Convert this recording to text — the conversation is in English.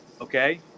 okay